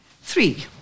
Three